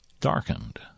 darkened